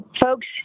folks